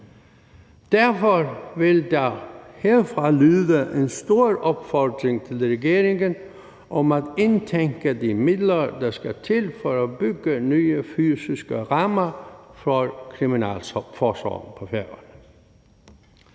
Derfor vil der herfra lyde en stor opfordring til regeringen om at indtænke de midler, der skal til for at bygge nye fysiske rammer for kriminalforsorgen på Færøerne.